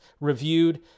reviewed